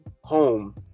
Home